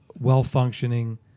well-functioning